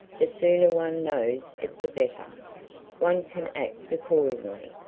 the sooner one knows it the better one can act accordingly.